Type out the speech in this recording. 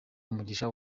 umugisha